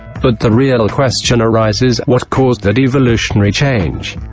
but the real question arises, what caused that evolutionary change.